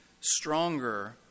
stronger